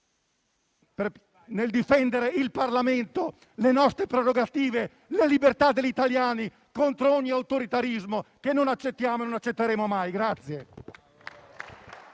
nel difendere il Parlamento, le sue prerogative e la libertà degli italiani contro ogni autoritarismo che non accettiamo e non accetteremo mai.